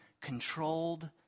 controlled